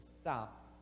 stop